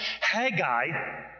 Haggai